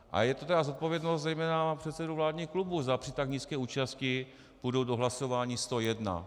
A je to zodpovědnost zejména předsedů vládních klubů, zda při tak nízké účasti půjdou do hlasování 101.